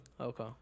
Okay